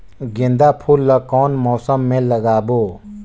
गेंदा फूल ल कौन मौसम मे लगाबो?